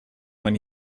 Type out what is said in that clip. when